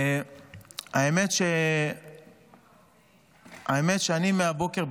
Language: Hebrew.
האמת שאני מהבוקר,